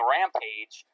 Rampage